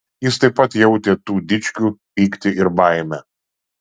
jis taip pat jautė tų dičkių pyktį ir baimę